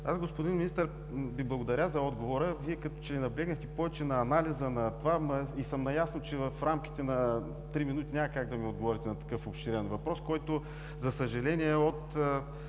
Господин Министър, благодаря Ви за отговора. Вие като че ли наблегнахте повече на анализа на това. Наясно съм, че в рамките на три минути няма как да ми отговорите на такъв обширен въпрос, който, за съжаление,